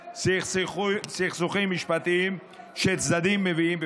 סכסוכים משפטיים שצדדים מביאים בפניהם.